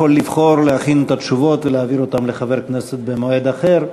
לבחור להכין את התשובות ולהעביר אותן לחבר כנסת במועד אחר,